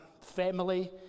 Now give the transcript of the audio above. family